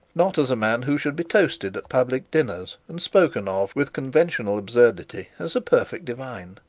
not as a man who should be toasted at public dinners and spoken of with conventional absurdity as a perfect divine,